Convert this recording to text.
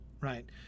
right